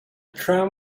tram